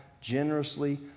generously